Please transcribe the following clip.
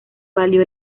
valió